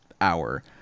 hour